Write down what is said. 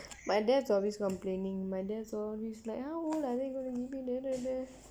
my dad's always complaining my dad's always like !huh! won't lah